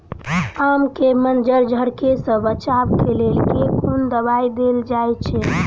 आम केँ मंजर झरके सऽ बचाब केँ लेल केँ कुन दवाई देल जाएँ छैय?